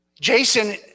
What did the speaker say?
Jason